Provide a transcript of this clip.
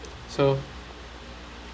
so